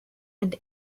and